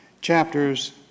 chapters